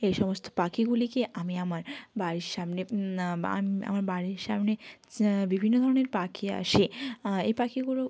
এই সমস্ত পাখিগুলিকে আমি আমার বাড়ির সামনে আমার বাড়ির সামনে চা বিভিন্ন ধরনের পাখি আসে এই পাখিগুলো